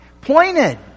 pointed